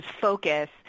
focus